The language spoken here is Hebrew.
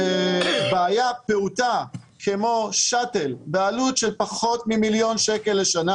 ובעיה פעוטה כמו שאטל בעלות של פחות ממיליון שקל לשנה